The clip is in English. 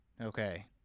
Okay